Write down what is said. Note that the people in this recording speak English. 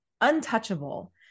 untouchable